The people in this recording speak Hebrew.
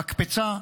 המקפצה,